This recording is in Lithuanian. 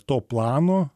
to plano